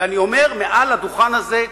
ואני אומר מעל הדוכן הזה,